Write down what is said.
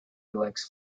elects